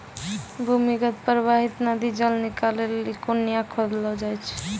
भूमीगत परबाहित नदी जल निकालै लेलि कुण्यां खोदलो जाय छै